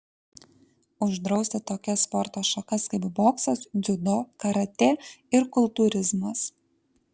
uždrausti tokias sporto šakas kaip boksas dziudo karatė ir kultūrizmas